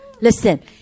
Listen